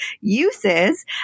uses